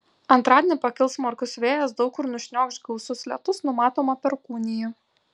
antradienį pakils smarkus vėjas daug kur nušniokš gausus lietus numatoma perkūnija